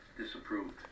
Disapproved